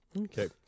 Okay